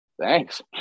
thanks